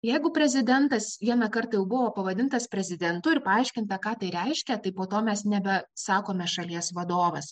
jeigu prezidentas vieną kartą jau pavadintas prezidentu ir paaiškinta ką tai reiškia tai po to mes nebe sakome šalies vadovas